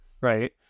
right